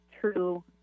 true